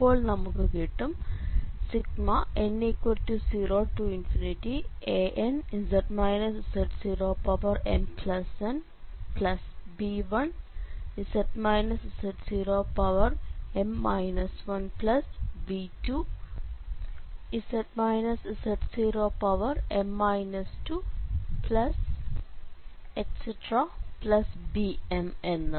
അപ്പോൾ നമുക്ക് കിട്ടും n0anz z0mnb1z z0m 1b2z z0m 2bm എന്ന്